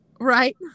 Right